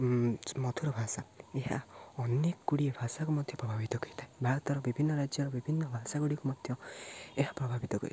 ମଧୁର ଭାଷା ଏହା ଅନେକଗୁଡ଼ିଏ ଭାଷାକୁ ମଧ୍ୟ ପ୍ରଭାବିତ କରିଥାଏ ଭାରତର ବିଭିନ୍ନ ରାଜ୍ୟର ବିଭିନ୍ନ ଭାଷାଗୁଡ଼ିକୁ ମଧ୍ୟ ଏହା ପ୍ରଭାବିତ କରିଥାଏ